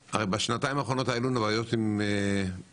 בשנתיים האחרונות היו לנו בעיות עם קורונה,